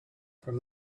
from